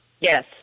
yes